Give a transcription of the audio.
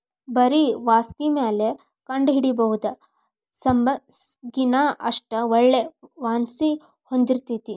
ಬರಿ ವಾಸ್ಣಿಮ್ಯಾಲ ಕಂಡಹಿಡಿಬಹುದ ಸಬ್ಬಸಗಿನಾ ಅಷ್ಟ ಒಳ್ಳೆ ವಾಸ್ಣಿ ಹೊಂದಿರ್ತೈತಿ